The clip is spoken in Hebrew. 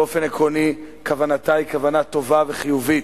באופן עקרוני כוונתה היא כוונה טובה וחיובית,